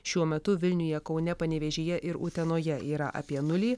šiuo metu vilniuje kaune panevėžyje ir utenoje yra apie nulį